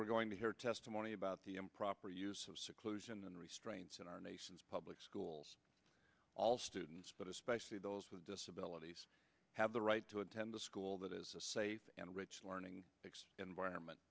we're going to hear testimony about the improper use of seclusion and restraints in our nation's public schools all students but especially those with disabilities have the right to attend a school that is a safe and rich learning environment